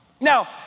Now